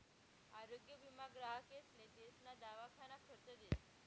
आरोग्य विमा योजना ग्राहकेसले तेसना दवाखाना खर्च देस